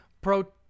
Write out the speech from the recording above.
pro